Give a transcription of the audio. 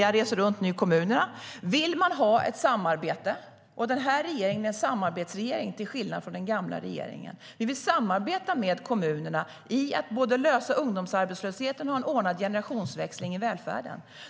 Jag reser nu runt i kommunerna. Den här regeringen är en samarbetsregering, till skillnad från den gamla regeringen. Vi vill samarbeta med kommunerna med att lösa problemen med ungdomsarbetslösheten och skapa en ordnad generationsväxling i välfärden.